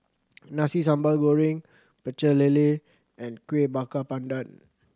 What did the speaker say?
Nasi Sambal Goreng Pecel Lele and Kueh Bakar Pandan